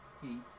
feet